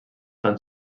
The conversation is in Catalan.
tan